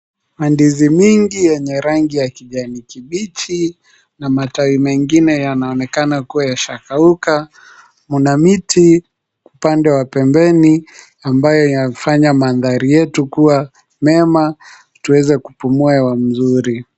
Mandizi mingi yenye rangi ya kijani kibichi na matawi mengine yanaonekana kuwa yashakauka. Mna miti upande wa pembeni ambayo inafanya mandhari yetu kuwa mema tuweze kupumua hewa mzuri.